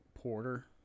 porter